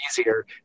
easier